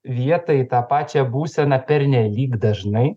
vietą į tą pačią būseną pernelyg dažnai